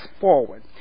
forward